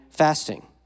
fasting